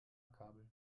kabel